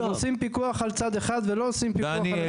אתם עושים פיקוח על צד אחד ולא עושים פיקוח על הצד השני.